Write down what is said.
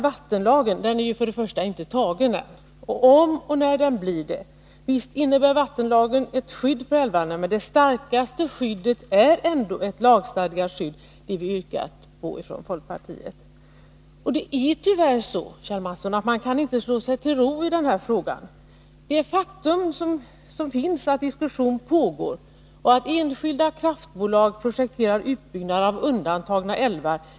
Vattenlagen är först och främst inte tagen än. Visst innebär den ett skydd för älvarna, om och när den blir tagen, men det starkaste skyddet är ändå ett lagstadgat skydd, vilket vi har yrkat på från folkpartiet. Tyvärr, Kjell Mattsson, kan man inte slå sig till ro i frågan. Ett faktum är att diskussion pågår och att enskilda kraftbolag projekterar utbyggnad av undantagna älvar.